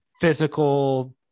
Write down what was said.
physical